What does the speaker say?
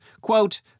quote